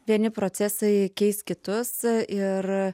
vieni procesai keis kitus ir